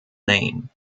name